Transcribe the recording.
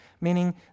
meaning